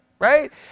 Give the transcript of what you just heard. Right